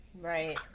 Right